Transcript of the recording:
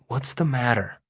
what's the matter?